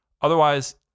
otherwise